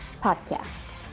podcast